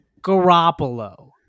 Garoppolo